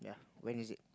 when is it